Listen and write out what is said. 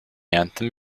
anthem